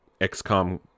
XCOM